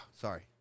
sorry